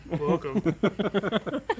welcome